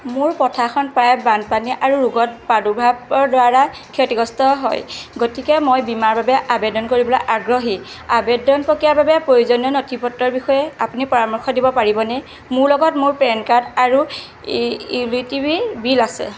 মোৰ পথাৰখন প্ৰায়ে বানপানী আৰু ৰোগত প্ৰাদুৰ্ভাৱৰদ্বাৰা ক্ষতিগ্ৰস্ত হয় গতিকে মই বীমাৰ বাবে আবেদন কৰিবলৈ আগ্ৰহী আবেদন প্ৰক্ৰিয়াৰ বাবে প্ৰয়োজনীয় নথি পত্ৰৰ বিষয়ে আপুনি পৰামৰ্শ দিব পাৰিবনে মোৰ লগত মোৰ পেন কাৰ্ড আৰু E B T B bill আছে